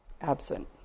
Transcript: absent